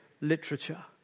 literature